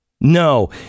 no